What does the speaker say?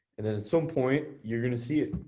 and then at some point, you're gonna see it,